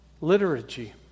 liturgy